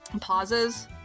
pauses